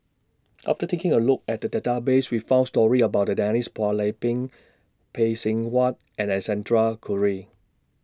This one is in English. after taking A Look At The Database We found stories about Denise Phua Lay Peng Phay Seng Whatt and Alexander Guthrie